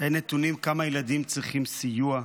אין נתונים כמה ילדים צריכים סיוע,